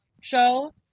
show